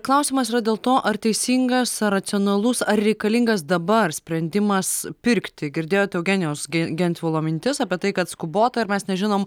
klausimas yra dėl to ar teisingas racionalus ar reikalingas dabar sprendimas pirkti girdėjot eugenijaus gentvilo mintis apie tai kad skubota ir mes nežinom